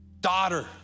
Daughter